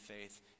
faith